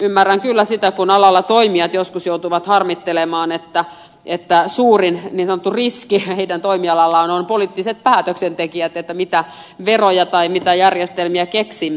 ymmärrän kyllä sitä kun alalla toimijat joskus joutuvat harmittelemaan että suurin niin sanottu riski heidän toimialallaan ovat poliittiset päätöksentekijät se mitä veroja tai mitä järjestelmiä keksimme